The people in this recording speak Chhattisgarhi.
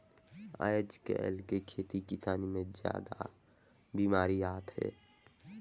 आयज कायल के खेती किसानी मे जादा बिमारी आत हे